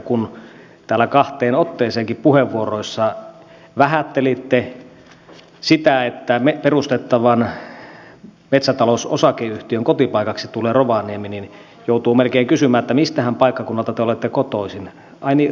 kun täällä kahteenkin otteeseen puheenvuoroissa vähättelitte sitä että perustettavan metsätalousosakeyhtiön kotipaikaksi tulee rovaniemi niin joutuu melkein kysymään että miltähän paikkakunnalta te olette kotoisin ai niin rovaniemeltä siis